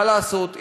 מה לעשות,